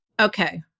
Okay